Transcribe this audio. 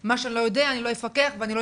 מה שאני לא יודע אני לא אפקח ואני לא